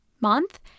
month